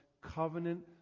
covenant